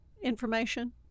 information